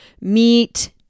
meet